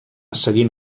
seguint